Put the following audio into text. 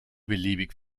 beliebig